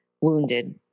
wounded